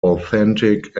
authentic